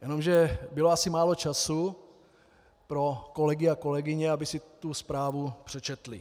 Jenomže bylo asi málo času pro kolegy a kolegyně, aby si tu zprávu přečetli.